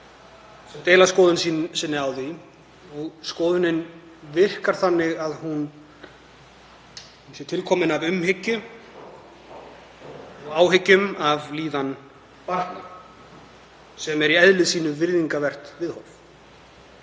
sumir deila skoðun sinni á því og það virkar þannig að hún sé til komin af umhyggju og áhyggjum af líðan barna. Það er í eðli sínu virðingarvert viðhorf.